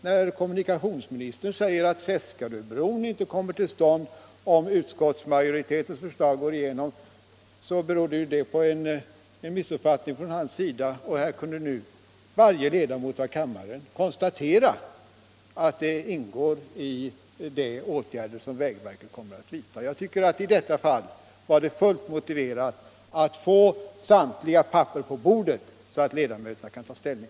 När kommunikationsministern säger att Seskaröbron inte kommer till stånd, om utskottsmajoritetens förslag går igenom, så beror det på en missuppfattning från hans sida. Här kunde nu alla ledamöter i kammaren själva konstatera att den ingår i de åtgärder som vägverket kommer att vidta. I detta fall tycker jag därför att det var fullt motiverat att få samtliga papper på bordet, så att ledamöterna kunde ta ställning.